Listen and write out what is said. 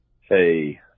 Hey